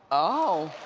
oh.